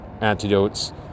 antidotes